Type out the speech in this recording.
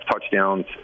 touchdowns